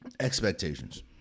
Expectations